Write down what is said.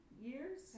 years